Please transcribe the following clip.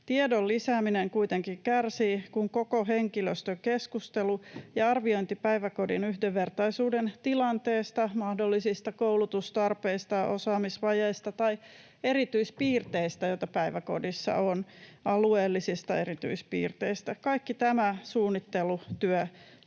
Tiedon lisääminen kuitenkin kärsii, kun koko henkilöstökeskustelu ja arviointi päiväkodin yhdenvertaisuuden tilanteesta, mahdollisista koulutustarpeista, osaamisvajeista tai erityispiirteistä, alueellisista erityispiirteistä, joita päiväkodissa